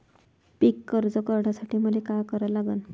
पिक कर्ज काढासाठी मले का करा लागन?